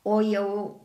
o jau